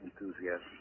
enthusiasm